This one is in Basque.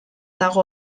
dago